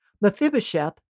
Mephibosheth